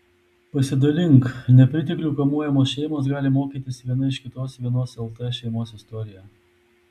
pasidalink nepriteklių kamuojamos šeimos gali mokytis viena iš kitos vienos lt šeimos istorija